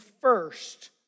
first